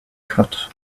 cut